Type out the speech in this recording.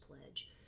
pledge